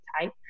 type